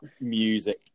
music